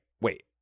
wait